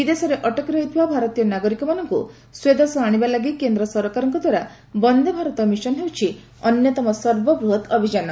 ବିଦେଶରେ ଅଟକି ରହିଥିବା ଭାରତୀୟ ନାଗରିକମାନଙ୍କୁ ସ୍ୱଦେଶ ଆଣିବା ଲାଗି କେନ୍ଦ୍ର ସରକାରଙ୍କ ଦ୍ୱାରା ବନ୍ଦେ ଭାରତ ମିଶନ ହେଉଛି ଏପର୍ଯ୍ୟନ୍ତ ସର୍ବବୃହତ ଅଭିଯାନ